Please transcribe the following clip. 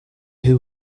who